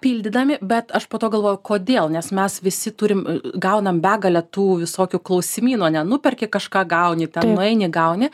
pildydami bet aš po to galvoju kodėl nes mes visi turim gaunam begalę tų visokių klausimynų ane nuperki kažką gauni nueini gauni